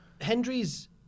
Hendry's